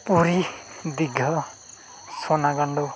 ᱯᱩᱨᱤ ᱫᱤᱜᱷᱟ ᱥᱳᱱᱟ ᱜᱟᱱᱰᱩ